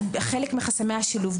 בדיוק, חלק מחסמיי השילוב.